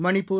Manipur